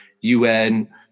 UN